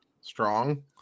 strong